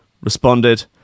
responded